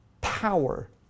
power